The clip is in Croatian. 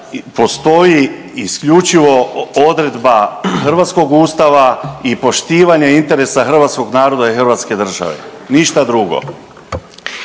postoji isključivo odredba hrvatskog Ustava i poštivanje interesa hrvatskog naroda i Hrvatske države, ništa drugo.